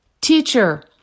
Teacher